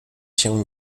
się